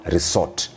Resort